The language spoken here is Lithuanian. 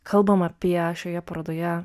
kalbam apie šioje parodoje